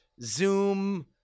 zoom